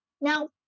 Now